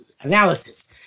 analysis